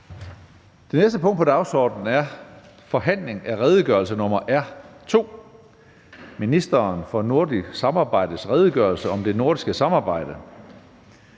Det næste punkt på dagsordenen er: 15) Forhandling om redegørelse nr. R 2: Ministeren for nordisk samarbejdes redegørelse om det nordiske samarbejde.